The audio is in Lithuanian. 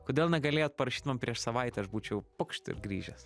kodėl negalėjot parašyt man prieš savaitę aš būčiau pukšt ir grįžęs